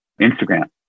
Instagram